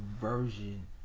version